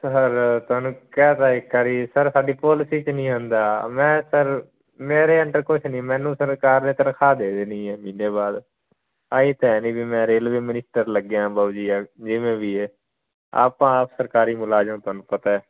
sir ਤੁਹਾਨੂੰ ਕਹਿ ਤਾ ਇੱਕ ਵਾਰੀ ਸਰ ਸਾਡੀ ਪੋਲਸੀ 'ਚ ਨਹੀਂ ਆਉਂਦਾ ਮੈਂ ਸਰ ਮੇਰੇ ਅੰਡਰ ਕੁਝ ਨਹੀਂ ਮੈਨੂੰ ਸਰਕਾਰ ਨੇ ਤਨਖਾਹ ਦੇ ਦੇਣੀ ਹੈ ਮਹੀਨੇ ਬਾਅਦ ਇਹ ਤਾਂ ਨਹੀਂ ਵੀ ਮੈਂ ਰੇਲਵੇ ਮਨਿਸਟਰ ਲੱਗਿਆ ਬਾਊ ਜੀ ਜਿਵੇਂ ਵੀ ਹੈ ਆਪਾਂ ਆਪ ਸਰਕਾਰੀ ਮੁਲਾਜ਼ਮ ਤੁਹਾਨੂੰ ਪਤਾ